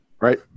right